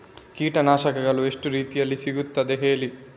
ಕೀಟನಾಶಕಗಳು ಎಷ್ಟು ರೀತಿಯಲ್ಲಿ ಸಿಗ್ತದ ಹೇಳಿ